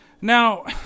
Now